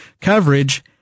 coverage